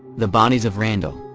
the bodies of randall,